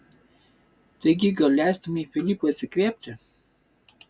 taigi gal leistumei filipui atsikvėpti